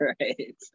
Right